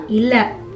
illa